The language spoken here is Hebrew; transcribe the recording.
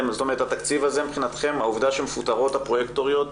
העובדה שמפוטרות הפרוייקטוריות,